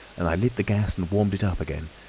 and i lit the gas and warmed it up again,